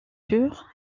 pur